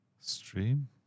Stream